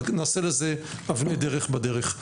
אבל נעשה לזה אבני דרך בדרך.